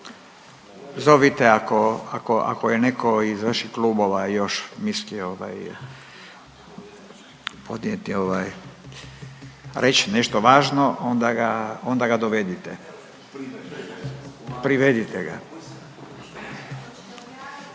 Zovite ako je neko iz vaših klubova još mislio podnijeti reć nešto važno onda ga dovedite, privedite ga.